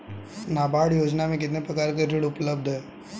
नाबार्ड योजना में कितने प्रकार के ऋण उपलब्ध हैं?